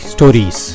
Stories